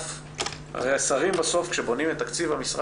הרי השרים בסוף כשבונים את תקציב המשרד